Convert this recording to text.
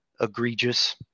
egregious